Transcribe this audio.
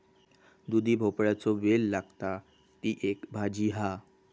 दुधी भोपळ्याचो वेल लागता, ती एक भाजी हा